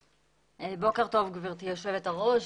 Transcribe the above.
בוקר טוב גברתי יושבת הראש,